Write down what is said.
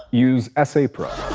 use essaypro.